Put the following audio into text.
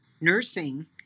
nursing